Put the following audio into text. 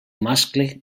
mascle